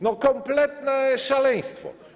No, kompletne szaleństwo.